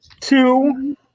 two